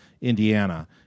Indiana—